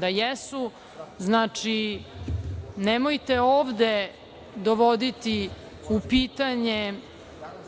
da jesu. Nemojte ovde dovoditi u pitanje